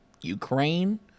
Ukraine